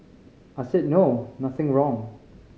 I said no nothing wrong